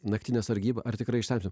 naktinę sargybą ar tikrai sakė